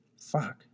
Fuck